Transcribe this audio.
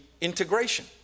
integration